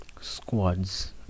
squads